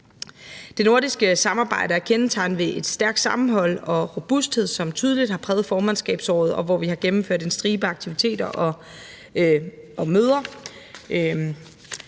Det nordiske samarbejde er kendetegnet ved et stærkt sammenhold og robusthed, som tydeligt har præget formandskabsåret, hvor vi har gennemført en stribe aktiviteter og møder